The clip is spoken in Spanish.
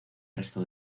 resto